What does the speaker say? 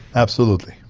absolutely.